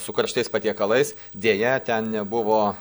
su karštais patiekalais deja ten nebuvo